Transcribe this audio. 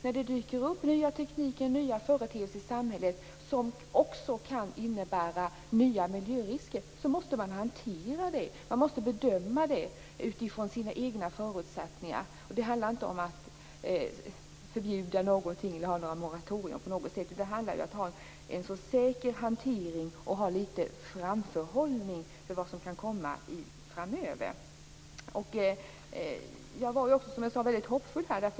När det dyker upp nya tekniker och nya företeelser i samhället som också kan innebära nya miljörisker måste man hantera det och bedöma det utifrån sina egna förutsättningar. Det handlar inte om att förbjuda någonting eller att ha ett moratorium på något sätt. Det handlar om att ha en så säker hantering som möjligt och att ha lite framförhållning inför vad som kan komma framöver. Som jag sade tidigare har jag varit väldigt hoppfull.